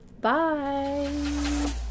Bye